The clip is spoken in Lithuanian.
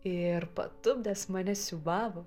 ir patupdęs mane siūbavo